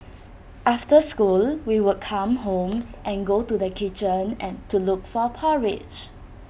after school we would come home and go to the kitchen and to look for porridge